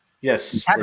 Yes